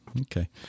okay